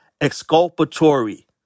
exculpatory